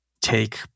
take